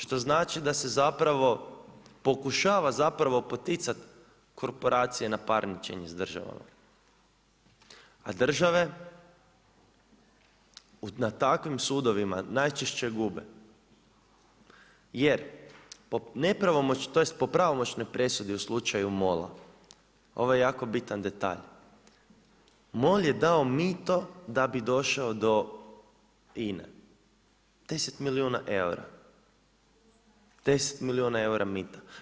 Što znači da se zapravo pokušava zapravo poticati korporacije na parničenje s državama, a države na takvim sudovima najčešće gube jer po nepravomoćnoj, tj. po pravomoćnoj presudi u slučaju MOL-a ovo je jako bitan detalj MOL je dao mito da bi došao do INA-e 10 milijuna eura, 10 milijuna eura mita.